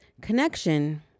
connection